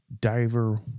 Diver